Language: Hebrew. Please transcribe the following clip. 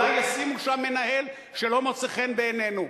אולי ישימו שם מנהל שלא מוצא חן בעינינו.